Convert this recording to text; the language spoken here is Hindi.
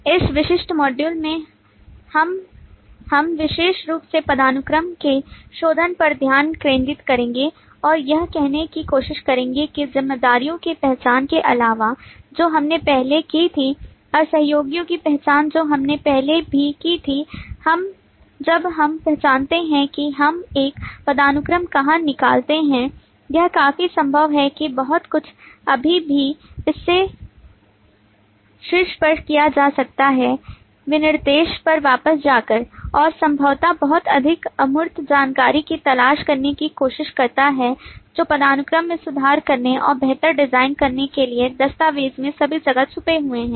इस विशिष्ट मॉड्यूल में हम हम विशेष रूप से पदानुक्रम के शोधन पर ध्यान केंद्रित करेंगे और यह दिखाने की कोशिश करेंगे कि जिम्मेदारियों की पहचान के अलावा जो हमने पहले की थी और सहयोगियों की पहचान जो हमने पहले भी की थी जब हम पहचानते हैं कि हम एक पदानुक्रम कहां निकालते हैं यह काफी संभव है कि बहुत कुछ अभी भी इसके शीर्ष पर किया जा सकता है विनिर्देश पर वापस जाकर और संभवतः बहुत अधिक अमूर्त जानकारी की तलाश करने की कोशिश करता है जो पदानुक्रम में सुधार करने और बेहतर डिज़ाइन करने के लिए दस्तावेज़ में सभी जगह छिपे हुए हैं